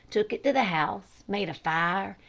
took it to the house, made a fire,